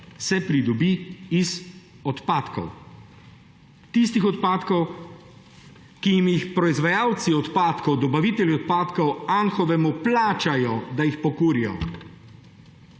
se pridobi iz odpadkov. Tistih odpadkov, ki jim jih proizvajalci odpadkov, dobavitelji odpadkov, Anhovemu plačajo, da jih pokurijo.